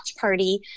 party